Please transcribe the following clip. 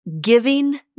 giving